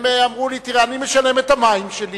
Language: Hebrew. הם אמרו לי: תראה, אני משלם את חשבון המים שלי,